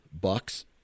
bucks